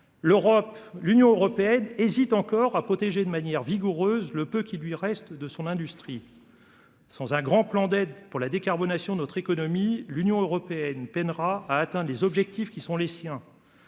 l'Union européenne hésite encore à protéger de manière vigoureuse le peu qui lui reste de son industrie. Sans un grand plan d'aide pour la décarbonation notre économie. L'Union européenne peinera atteint les objectifs qui sont les siens.